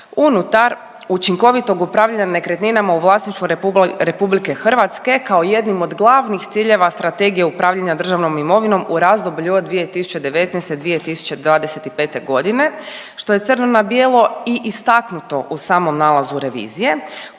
unutar učinkovitog upravljanja nekretninama u vlasništvu RH kao jednim od glavnih ciljeva strategije upravljanja državnom imovinom u razdoblju od 2019. – 2025. godine što je crno na bijelo i istaknuto u samom nalazu revizije,